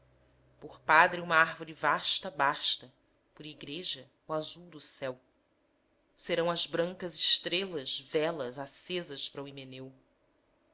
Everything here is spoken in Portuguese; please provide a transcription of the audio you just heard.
por padre uma árvore vasta basta por igreja o azul do céu serão as brancas estrelas velas acesas pra o